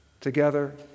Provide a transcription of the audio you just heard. Together